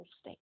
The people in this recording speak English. state